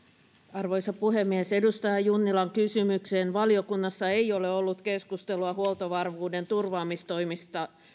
arvoisa puhemies edustaja junnilan kysymykseen valiokunnassa ei ole ollut keskustelua huoltovarmuuden turvaamistoimien